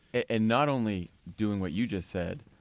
and not only doing what you just said,